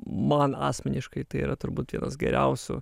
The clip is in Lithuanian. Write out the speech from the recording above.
man asmeniškai tai yra turbūt vienas geriausių